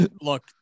look